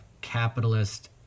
capitalist